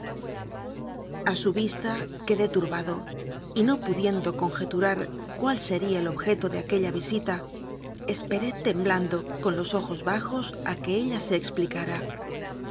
encanto a su vista quedé turbado y no pudiendo conje turar cuál sería el objeto de aquella visita esperétemblando con los ojos bajos a que ella se